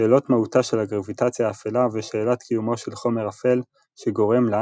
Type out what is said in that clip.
שאלות מהותה של הגרביטציה האפלה ושאלת קיומו של חומר אפל שגורם לה